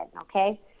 okay